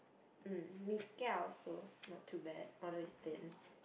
mm Mee-Kia also not too bad although it's thin